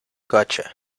gotcha